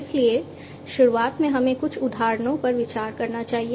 इसलिए शुरुआत में हमें कुछ उदाहरणों पर विचार करना चाहिए